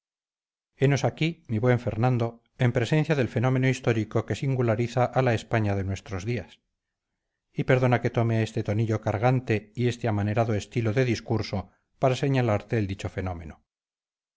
henos aquí mi buen fernando en presencia del fenómeno histórico que singulariza a la españa de nuestros días y perdona que tome este tonillo cargante y este amanerado estilo de discurso para señalarte el dicho fenómeno